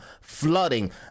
flooding